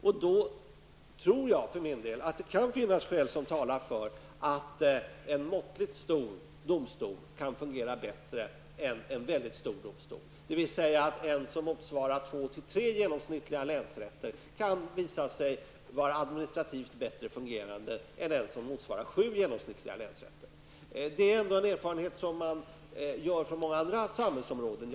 Jag tror för min del att det kan finnas skäl som talar för att en måttligt stor domstol kan fungera bättre än en mycket stor domstol, dvs. en domstol som motsvarar två--tre genomsnittliga länsrätter kan visa sig vara administrativt bättre fungerande än en som motsvarar sju genomsnittliga länsrätter. Detta är en erfarenhet man har gjort på många andra samhällsområden.